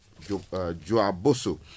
Joaboso